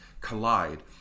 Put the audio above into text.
collide